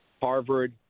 Harvard